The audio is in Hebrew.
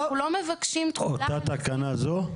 אנחנו מבקשים תחולה --- אותה תקנה זו?